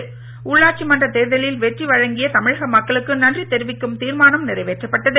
ஸ்டாலின் உள்ளாட்சிமன்ற தேர்தலில் வெற்றி வழங்கிய தமிழக மக்களுக்கு நன்றி தெரிவிக்கும் தீர்மானம் நிறைவேற்றப்பட்டது